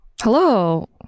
Hello